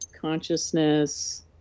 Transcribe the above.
consciousness